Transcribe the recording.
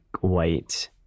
white